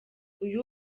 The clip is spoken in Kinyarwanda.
uyu